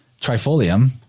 trifolium